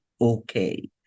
okay